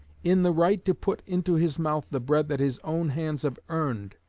in the right to put into his mouth the bread that his own hands have earned,